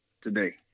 today